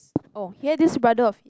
oh here this brother of